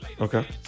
Okay